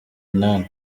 inani